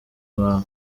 wawe